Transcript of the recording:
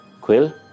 Quill